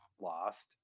Lost